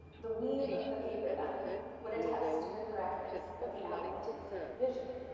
the weave of the paper then would attest to the correctness of the admiralty's vision.